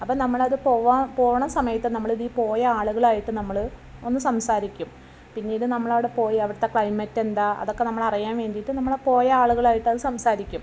അപ്പം നമ്മൾ അത് പോവുക പോകണ സമയത്ത് നമ്മൽ അതിൽ പോയ ആളുകളുമായിട്ട് നമ്മൾ ഒന്ന് സംസാരിക്കും പിന്നീട് നമ്മൾ അവിടെ പോയി അവിടുത്തെ ക്ലൈമറ്റെന്താ അതൊക്കെ നമ്മളറിയാൻ വേണ്ടിയിട്ട് നമ്മൾ ആ പോയ ആളുകളുമായിട്ടത് സംസാരിക്കും